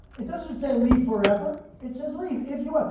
it doesn't say leave forever. it says leave if you want.